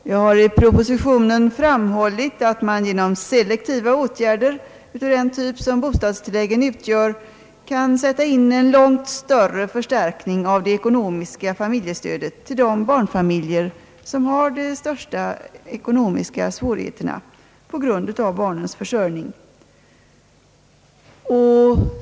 Jag har i propositionen framhållit att man genom selektiva åtgärder av den typ som bostadstilläggen utgör kan sätta in en långt större förstärkning av det ekonomiska familjestödet till de barnfamiljer som på grund av barnens försörjning har de största ekonomiska svårigheterna.